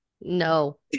No